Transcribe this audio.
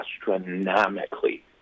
astronomically